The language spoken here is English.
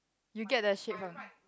you get the shade from